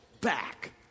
back